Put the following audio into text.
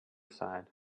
side